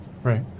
Right